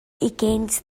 against